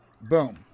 Boom